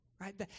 Right